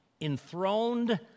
enthroned